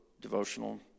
devotional